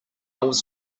was